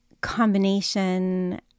combination